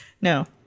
No